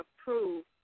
approved